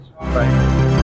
Right